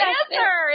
answer